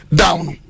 down